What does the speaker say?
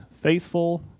faithful